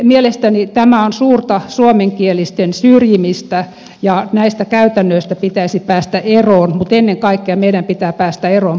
mielestäni tämä on suurta suomenkielisten syrjimistä ja näistä käytännöistä pitäisi päästä eroon mutta ennen kaikkea meidän pitää päästä eroon pakkoruotsista